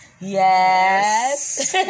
Yes